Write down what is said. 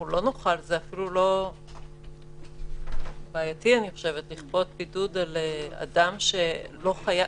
לא נוכל, זה בעייתי לכפות בידוד על אדם שלא חייב.